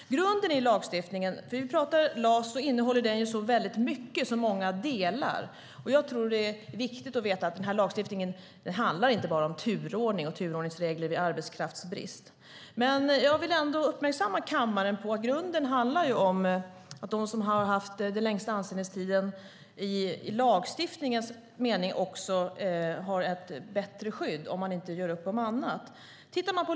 Grunden i lagstiftningen - vi talar om LAS - innehåller så mycket och så många delar. Jag tror att det är viktigt att veta att denna lagstiftning inte bara handlar om turordning och turordningsregler vid arbetskraftsbrist. Men jag vill ändå uppmärksamma kammaren på att det i grunden handlar om att de som har haft den längsta anställningstiden i lagstiftningens mening också har ett bättre skydd om man inte gör upp om något annat.